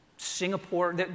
Singapore